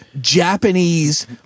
japanese